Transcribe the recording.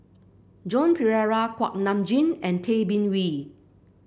Joan Pereira Kuak Nam Jin and Tay Bin Wee